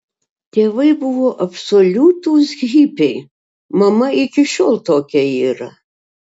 tėvai buvo absoliutūs hipiai mama iki šiol tokia yra